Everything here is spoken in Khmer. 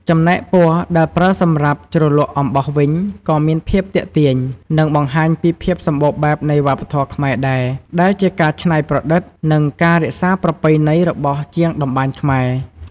ចំណែកពណ៌ដែលប្រើសម្រាប់ជ្រលក់អំបោះវិញក៏មានភាពទាក់ទាញ និងបង្ហាញពីភាពសម្បូរបែបនៃវប្បធម៌ខ្មែរដែរ ដែលជាការច្នៃប្រឌិត និងការរក្សាប្រពៃណីរបស់ជាងតម្បាញខ្មែរ។